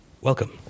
Welcome